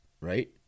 right